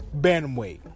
Bantamweight